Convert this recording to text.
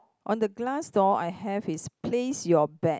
on the glass door I have is place your bet